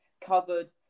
covered